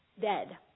dead